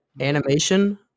animation